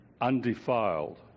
undefiled